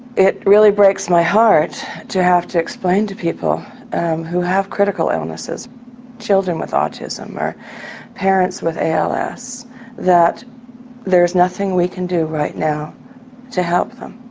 it really breaks my heart to have to explain to people who have critical illnesses children with autism or parents with and als that there is nothing we can do right now to help them.